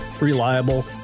reliable